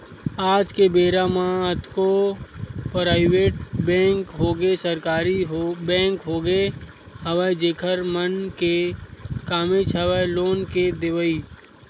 आज के बेरा म कतको पराइवेट बेंक होगे सरकारी बेंक होगे हवय जेखर मन के कामेच हवय लोन के देवई